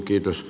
kiitos